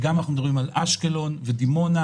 ואנחנו מדברים גם על אשקלון ודימונה.